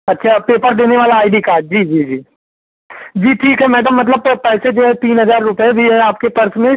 अच्छा पेपर देने वाला आई डी काड जी जी जी जी ठीक है मैडम मतलब तो पैसे जो है तीन हजार रुपए भी है आपके पर्स में